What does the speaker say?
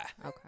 Okay